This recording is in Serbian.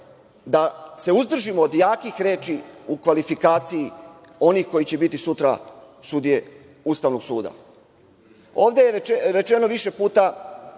da se uzdržimo od jakih reči u kvalifikaciji onih koji će biti sutra sudije Ustavnog suda. Ovde je rečeno više puta